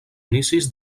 inicis